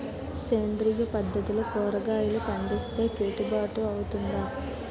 సేంద్రీయ పద్దతిలో కూరగాయలు పండిస్తే కిట్టుబాటు అవుతుందా?